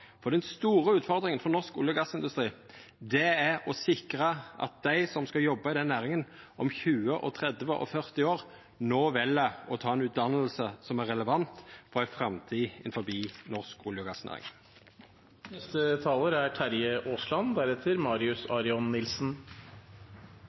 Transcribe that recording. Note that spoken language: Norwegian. for den store utfordringa for norsk olje- og gassindustri er å sikra at dei som skal jobba i den næringa om 20, 30 og 40 år, no vel å ta ei utdanning som er relevant for ei framtid innanfor norsk olje-